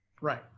right